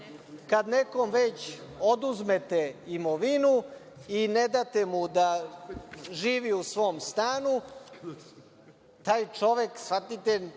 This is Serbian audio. nekom već oduzmete imovinu i ne date mu da živi u svom stanu taj čovek shvatite,